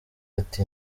ati